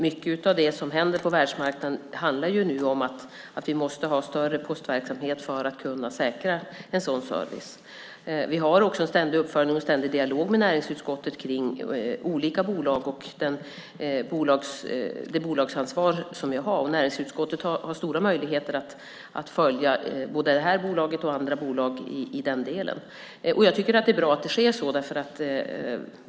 Mycket av det som händer på världsmarknaden handlar om att vi måste ha större postverksamhet för att kunna säkra en sådan service. Vi har också en ständig uppföljning och dialog med näringsutskottet om olika bolag och det bolagsansvar vi har. Näringsutskottet har stora möjligheter att följa både det här bolaget och andra bolag. Det är bra att det är så.